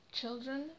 children